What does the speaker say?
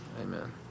amen